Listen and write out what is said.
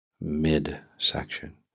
midsection